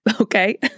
Okay